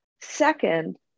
Second